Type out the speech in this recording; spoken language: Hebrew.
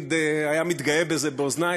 תמיד היה מתגאה בזה באוזני,